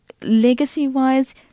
legacy-wise